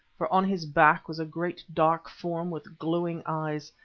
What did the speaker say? for on his back was a great dark form with glowing eyes,